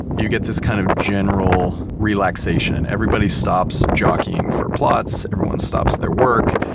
you get this kind of general relaxation. everybody stops jockeying for plots, everyone stops their work.